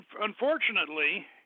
unfortunately